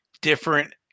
different